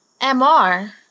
Mr